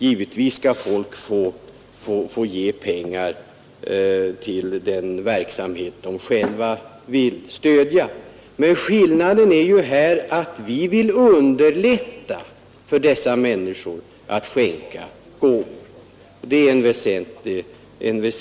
Givetvis skall folk få ge pengar till den verksamhet de vill stödja. Skillnaden är att vi vill underlätta för dessa människor att skänka gåvor.